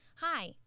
Hi